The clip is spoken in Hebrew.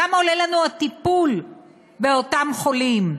כמה עולה לנו הטיפול באותם חולים?